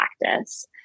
practice